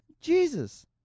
Jesus